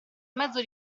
mezzo